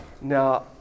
Now